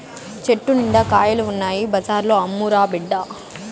చెట్టు నిండా కాయలు ఉన్నాయి బజార్లో అమ్మురా బిడ్డా